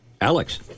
Alex